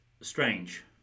Strange